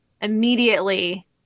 immediately